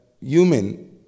human